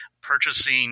purchasing